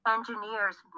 Engineers